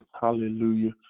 Hallelujah